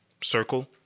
circle